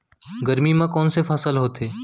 गरमी मा कोन से फसल होथे?